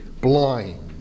blind